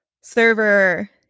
Server